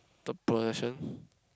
The Persian